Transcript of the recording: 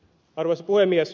arvoisa puhemies